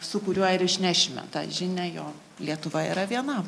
su kuriuo ir išnešime tą žinią jo lietuva yra viena